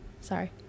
Sorry